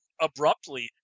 abruptly